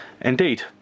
Indeed